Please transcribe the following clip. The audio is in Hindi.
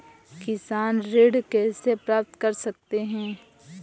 किसान ऋण कैसे प्राप्त कर सकते हैं?